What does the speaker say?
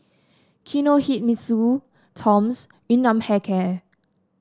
Kinohimitsu Toms Yun Nam Hair Care